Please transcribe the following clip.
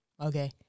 Okay